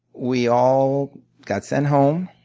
we all got sent home,